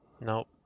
Nope